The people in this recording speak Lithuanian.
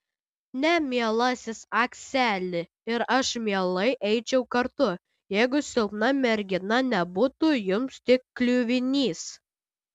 ne mielasis akseli ir aš mielai eičiau kartu jeigu silpna mergina nebūtų jums tik kliuvinys